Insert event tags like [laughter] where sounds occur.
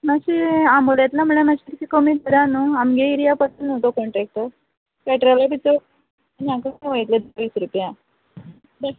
माश्शे आमोड्यातलो म्हणल्यार माश्शे किदें कमी धरा न्हय आमगे एरया पडटा न्हय तो कॉण्ट्रॅक्टर पॅट्रॉला बी चड [unintelligible] वोयत्ले वीस रुपया बे